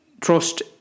trust